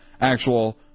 actual